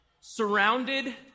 Surrounded